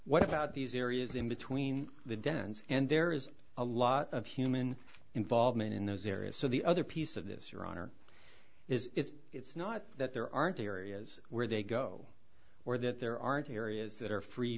what about these areas in between the dens and there is a lot of human involvement in those areas so the other piece of this your honor is it's not that there aren't areas where they go or that there aren't areas that are free